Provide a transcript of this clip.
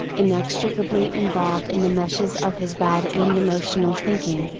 inextricably involved in the meshes of his bad and emotional thinking,